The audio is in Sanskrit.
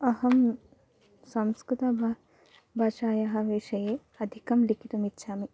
अहं संस्कृतं ब भाषायाः विषये अधिकं लिखितुम् इच्छामि